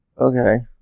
Okay